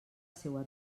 seua